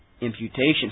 imputation